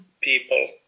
people